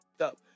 up